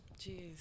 Jeez